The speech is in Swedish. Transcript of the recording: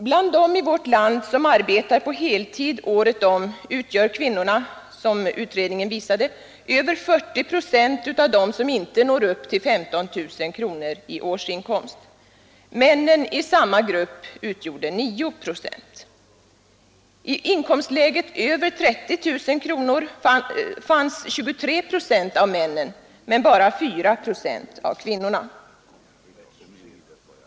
Bland dem i vårt land som arbetar på heltid året om utgör kvinnorna över 40 procent av dem som inte når upp till 15 000 kronor i årsinkomst, medan männen i samma grupp endast utgör 9 procent. I inkomstläget över 30 000 kronor fanns 23 procent av männen men bara 4 procent av kvinnorna.